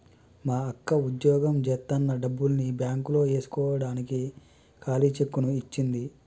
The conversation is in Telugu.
మా అక్క వుద్యోగం జేత్తన్న డబ్బుల్ని బ్యేంకులో యేస్కోడానికి ఖాళీ చెక్కుని ఇచ్చింది